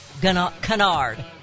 canard